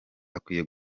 akwiye